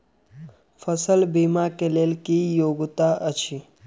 फसल बीमा केँ लेल की योग्यता अछि?